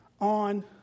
on